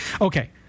Okay